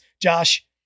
Josh